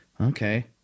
Okay